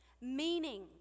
meaning